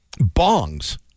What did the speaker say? bongs